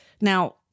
Now